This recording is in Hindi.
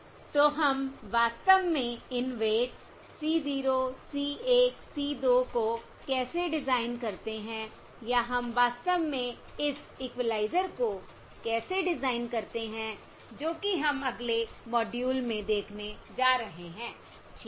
तो हम वास्तव में इन वेट्स C 0 C 1 C 2 को कैसे डिज़ाइन करते हैं या हम वास्तव में इस इक्वलाइज़र को कैसे डिज़ाइन करते हैं जो कि हम अगले मॉड्यूल में देखने जा रहे हैं ठीक है